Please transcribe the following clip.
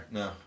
no